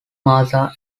martha